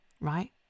right